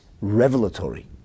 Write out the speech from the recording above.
revelatory